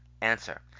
Answer